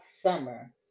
summer